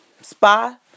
spa